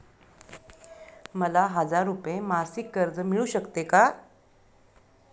मला हजार रुपये मासिक कर्ज मिळू शकते का?